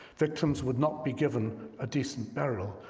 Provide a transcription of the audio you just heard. victims would not be given a decent burial,